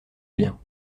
bien